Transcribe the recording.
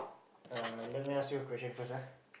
err let me ask you a question first ah